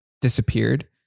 disappeared